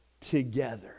together